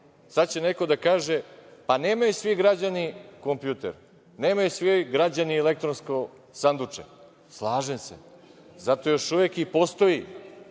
Sada će neko da kaže - pa nemaju svi građani kompjuter, nemaju svi građani elektronsko sanduče. Slažem se. Zato još uvek i postoji